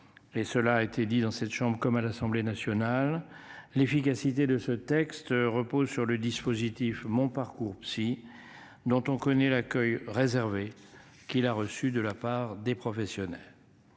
cela a été dit dans cette chambre comme à l'Assemblée nationale. L'efficacité de ce texte repose sur le dispositif mon parcours aussi dont on connaît l'accueil réservé qu'il a reçu de la part des professionnels.